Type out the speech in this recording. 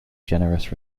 generous